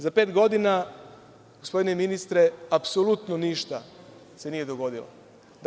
Za pet godina, gospodine ministre, apsolutno ništa se nije dogodilo.